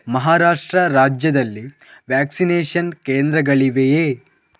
ಮಹಾರಾಷ್ಟ್ರ ರಾಜ್ಯದಲ್ಲಿ ವ್ಯಾಕ್ಸಿನೇಷನ್ ಕೇಂದ್ರಗಳಿವೆಯೇ